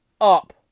up